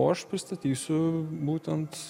o aš pristatysiu būtent